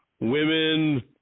women